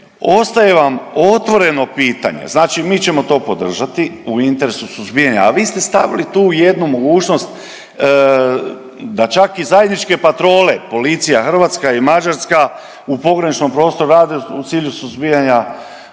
ostaje vam otvoreno pitanje, znači mi ćemo to podržati u interesu suzbijanja, a vi ste tu stavili jednu mogućnost da čak i zajedničke patrole policija hrvatska i mađarska u pograničnom prostoru rade u cilju suzbijanja